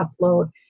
upload